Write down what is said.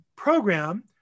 Program